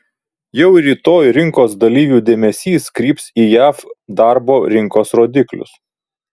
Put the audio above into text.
jau rytoj rinkos dalyvių dėmesys kryps į jav darbo rinkos rodiklius